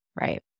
Right